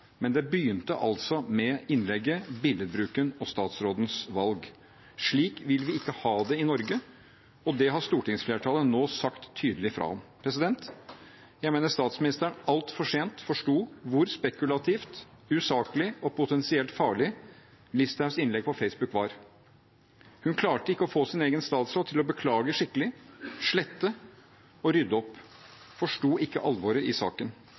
men det begynte altså med innlegget, billedbruken og statsrådens valg. Slik vil vi ikke ha det i Norge, og det har stortingsflertallet nå sagt tydelig fra om. Jeg mener statsministeren altfor sent forsto hvor spekulativt, usaklig og potensielt farlig ministerens innlegg på Facebook var. Hun klarte ikke å få sin egen statsråd til å beklage skikkelig, slette og rydde opp. Hun forsto ikke alvoret i saken.